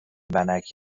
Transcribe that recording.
ونک